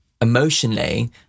emotionally